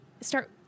start